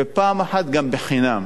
ופעם אחת גם בחינם,